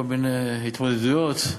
כל מיני התמודדויות.